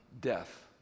death